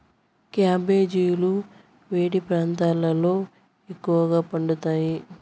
క్యాబెజీలు వేడి ప్రాంతాలలో ఎక్కువగా పండుతాయి